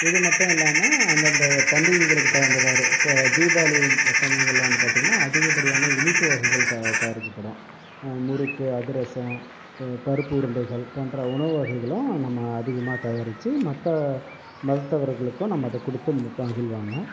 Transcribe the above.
இது மட்டும் இல்லாமல் அந்தந்த பண்டிகைகளுக்கு தகுந்தவாறு இப்போ தீபாவளி சமயங்களில் வந்து பார்த்தீங்கன்னா அதிகப்படியான இனிப்பு வகைகள் தயாரிக்க தயாரிக்கப்படும் முறுக்கு அதிரசம் பருப்பு உருண்டைகள் போன்ற உணவு வகைகளும் நம்ம அதிகமாக தயாரிச்சு மற்ற மதத்தவர்களுக்கும் நம்ம அதை கொடுத்து மகிழ்வாங்க